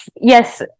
yes